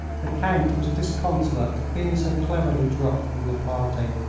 the count was disconsolate at being so cleverly dropped from the party,